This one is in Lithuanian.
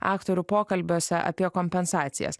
aktorių pokalbiuose apie kompensacijas